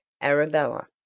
Arabella